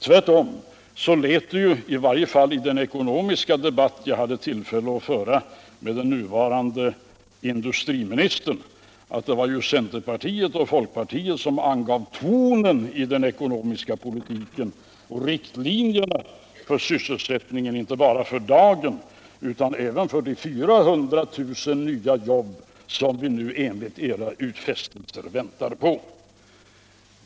Tvärtom tillät sig den nuvarande industriministern herr Åsling i den ekonomiska TV-debatten, som jag hade nöjet föra med honom i valrörelsen, att säga att det har varit centerpartiet och folkpartiet som angett tonen i den ekonomiska politiken och dragit upp riktlinjerna inte bara för dagens sysselsättning utan också för de 400 000 nya jobb som skall komma till i en snar framtid.